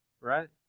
right